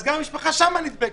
אז גם המשפחה שם נדבקת.